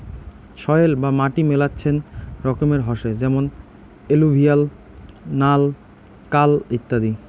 soil বা মাটি মেলাচ্ছেন রকমের হসে যেমন এলুভিয়াল, নাল, কাল ইত্যাদি